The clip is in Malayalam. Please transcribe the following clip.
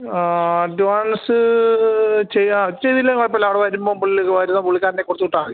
അഡ്വാൻസ് ചെയ്യാ ചെയ്തില്ലേ കുഴപ്പമില്ല അവിടെ വരുമ്പം പുള്ളി വരുന്ന പുള്ളിക്കാരൻ്റെ കൊടുത്ത് വിട്ടാൽ മതി